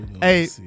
hey